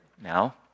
now